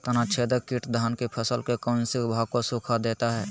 तनाछदेक किट धान की फसल के कौन सी भाग को सुखा देता है?